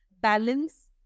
balance